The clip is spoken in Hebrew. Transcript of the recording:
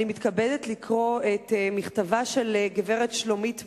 אני מתכבדת לקרוא את מכתבה של גברת שלומית מור.